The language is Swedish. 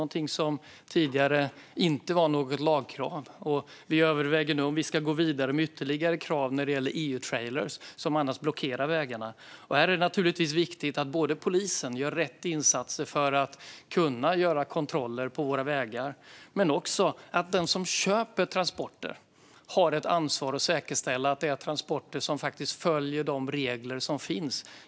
Det var tidigare inte ett lagkrav. Vi överväger om vi ska gå vidare med ytterligare krav när det gäller EU-trailrar som blockerar vägarna. Här är det naturligtvis viktigt både att polisen gör rätt insatser i form av kontroller på våra vägar och att den som köper transporter har ett ansvar att säkerställa att transporterna följer de regler som finns.